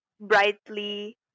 brightly